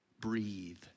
Breathe